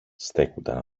στέκουνταν